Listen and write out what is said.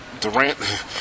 Durant